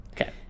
okay